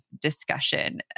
discussion